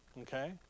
Okay